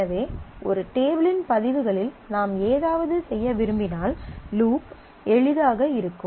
எனவே ஒரு டேபிளின் பதிவுகளில் நாம் ஏதாவது செய்ய விரும்பினால் லூப் எளிதாக இருக்கும்